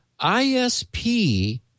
ISP